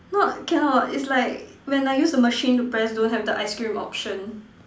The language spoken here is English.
not cannot it's like when I used the machine to press don't have the ice cream option